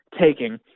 taking